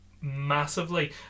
massively